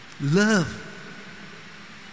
love